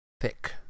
thick